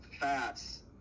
fats